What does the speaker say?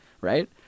right